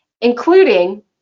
including